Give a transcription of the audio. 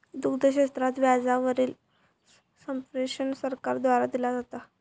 दुग्ध क्षेत्रात व्याजा वरील सब्वेंशन सरकार द्वारा दिला जाता